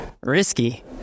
Risky